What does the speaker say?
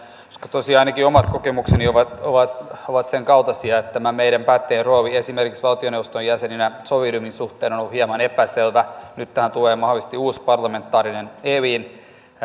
tosiaan ainakin omat kokemukseni ovat ovat sen kaltaisia että tämä meidän päättäjien rooli esimerkiksi valtioneuvoston jäsenenä solidiumin suhteen on on ollut hieman epäselvä nyt tähän tulee mahdollisesti uusi parlamentaarinen elin